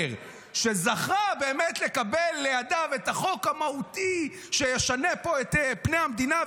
שזכה באמת לקבל לידיו את החוק המהותי שישנה פה את פני המדינה,